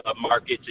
markets